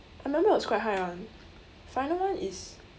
I remember it was quite high [one] final one is